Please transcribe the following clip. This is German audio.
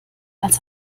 als